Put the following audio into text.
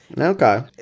Okay